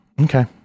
Okay